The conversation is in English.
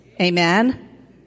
Amen